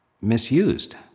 misused